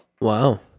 Wow